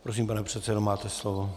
Prosím, pane předsedo, máte slovo.